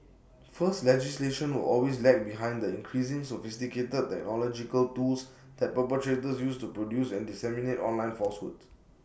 first legislation will always lag behind the increasingly sophisticated technological tools that perpetrators use to produce and disseminate online falsehoods